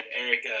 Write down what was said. Eric